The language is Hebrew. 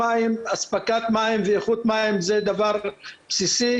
אספקת מים ואיכות מים זה דבר בסיסי.